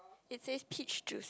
it says peach juice